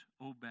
obey